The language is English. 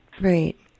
Right